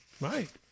right